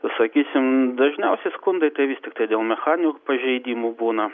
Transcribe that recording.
sakysim dažniausi skundai tai vis tiktai dėl mechaninių pažeidimų būna